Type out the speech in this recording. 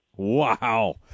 Wow